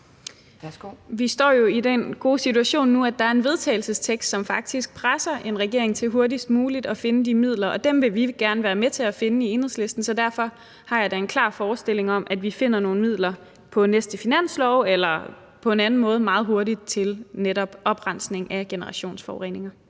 Vi står jo i den gode situation nu, at der er et forslag til vedtagelse, som faktisk presser regeringen til hurtigst muligt at finde de midler, og dem vil vi gerne være med til at finde i Enhedslisten, så derfor har jeg da en klar forestilling om, at vi finder nogle midler på den næste finanslov eller på en anden måde meget hurtigt, netop til oprensning af generationsforureninger.